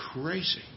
crazy